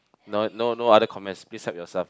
no no no other comments please help yourself